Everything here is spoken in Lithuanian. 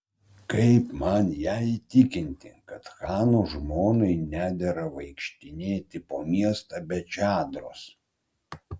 kaip man ją įtikinti kad chano žmonai nedera vaikštinėti po miestą be čadros